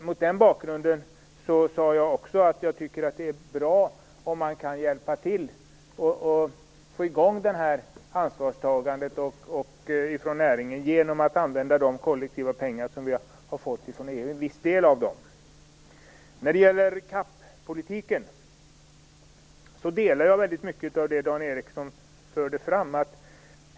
Mot den bakgrunden sade jag också att jag tycker att det är bra om man kan hjälpa till och få i gång det här ansvarstagandet från näringen, genom att använda en viss del av de kollektiva pengar som vi har fått från EU. När det gäller CAP-politiken delar jag väldigt mycket av det som Dan Ericsson förde fram.